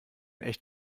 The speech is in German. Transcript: echt